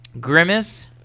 Grimace